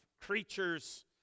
creatures